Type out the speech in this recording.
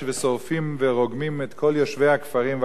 יושבי הכפרים והעיירות מסביב להר הגעש הזה,